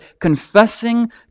confessing